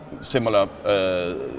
similar